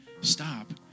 stop